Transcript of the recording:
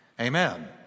Amen